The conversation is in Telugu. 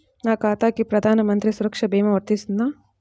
నా ఖాతాకి ప్రధాన మంత్రి సురక్ష భీమా వర్తిస్తుందా?